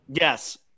Yes